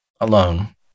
alone